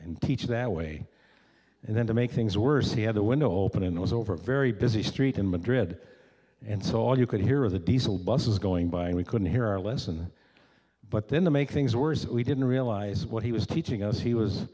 and teach that way and then to make things worse he had a window open and it was over a very busy street in madrid and saw you could hear of the diesel buses going by and we couldn't hear or listen but then the make things worse we didn't realise what he was teaching us he was